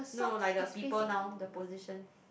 no like the people now the position